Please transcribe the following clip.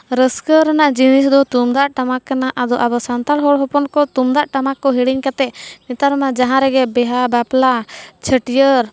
ᱨᱟᱹᱥᱠᱟᱹ ᱨᱮᱱᱟᱜ ᱡᱤᱱᱤᱥᱫᱚ ᱛᱩᱢᱫᱟᱜ ᱴᱟᱢᱟᱠ ᱠᱟᱱᱟ ᱟᱫᱚ ᱟᱵᱚ ᱥᱟᱱᱛᱟᱲ ᱦᱚᱲ ᱦᱚᱯᱚᱱᱠᱚ ᱛᱩᱢᱫᱟᱜ ᱴᱟᱢᱟᱠ ᱠᱚ ᱦᱤᱲᱤᱧ ᱠᱟᱛᱮᱫ ᱱᱮᱛᱟᱨ ᱢᱟ ᱡᱟᱦᱟᱸᱨᱮᱜᱮ ᱵᱤᱦᱟᱹ ᱵᱟᱯᱞᱟ ᱪᱷᱟᱹᱴᱭᱟᱹᱨ